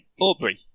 Aubrey